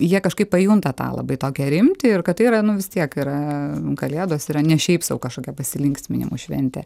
jie kažkaip pajunta tą labai tokią rimtį ir kad tai yra nu vis tiek yra kalėdos yra ne šiaip sau kažkokia pasilinksminimų šventė